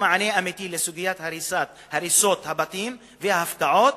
מענה אמיתי לסוגיית הריסות הבתים וההפקעות.